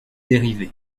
dérivés